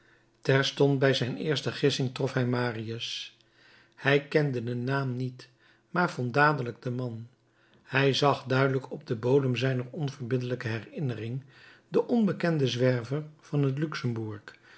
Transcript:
terstond bij zijn eerste gissing trof hij marius hij kende den naam niet maar vond dadelijk den man hij zag duidelijk op den bodem zijner onverbiddelijke herinnering den onbekenden zwerver van het luxembourg